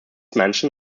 mansion